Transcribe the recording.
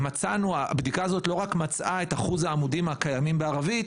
הבדיקה הזאת לא רק מצאה את אחוז העמודים הקיים בערבית,